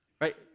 right